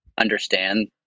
understand